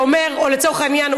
הרי לצורך העניין,